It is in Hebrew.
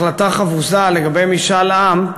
החלטה חפוזה לגבי משאל עם,